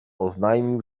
oznajmił